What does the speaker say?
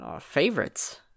favorites